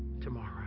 tomorrow